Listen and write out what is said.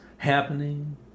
happening